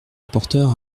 rapporteur